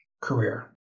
career